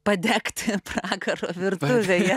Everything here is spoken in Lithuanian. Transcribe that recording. padegti pragaro virtuvėje